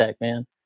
man